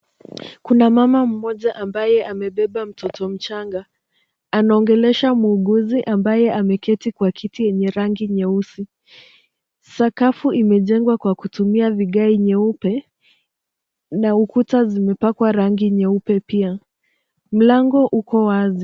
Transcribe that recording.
Kuna mama mmoja ambaye amebeba mtoto mchanga, anaongelesha muuguzi ambaye ameketi kwa kiti yenye rangi nyeusi. Sakafu imejengwa kwa kutumia vigai nyeupe na ukuta zimepakwa rangi nyeupe pia, mlango uko wazi.